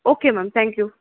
okay ma'am thank you